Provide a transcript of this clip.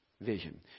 vision